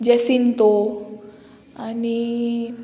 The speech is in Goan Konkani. जॅसिंतो आनी